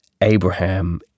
Abraham